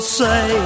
say